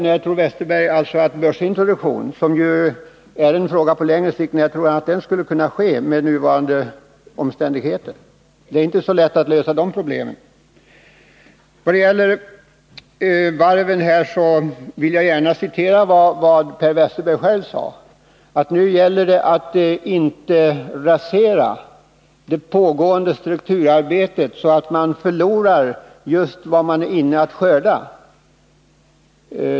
Tror Per Westerberg att en börsintroduktion, som ju är en fråga på längre sikt, skulle kunna ske under nuvarande omständigheter? Det är i verkligheten inte lätt att lösa de här problemen. Nu gäller det att inte rasera det pågående strukturarbetet, så att man förlorar vad man just skall kunna börja skörda.